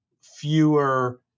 fewer